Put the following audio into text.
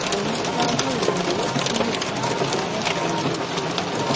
எனக்காக ஒரு pizza order பண்ணு